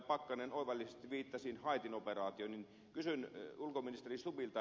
pakkanen oivallisesti viittasi haitin operaatioon että kysyn ulkoministeri stubbilta